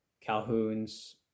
Calhoun's